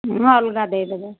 ହଁ ଅଲଗା ଦେଇ ଦେବେ